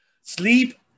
Sleep